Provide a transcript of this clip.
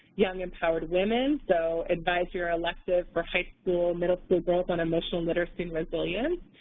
young empowered women so, advise your elective for high school, middle school growth on emotional literacy and resilience.